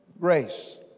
grace